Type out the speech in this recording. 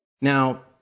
Now